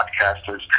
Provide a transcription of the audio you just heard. podcasters